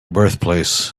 birthplace